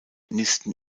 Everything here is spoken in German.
nisten